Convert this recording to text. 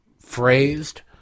phrased